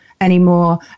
anymore